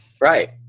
Right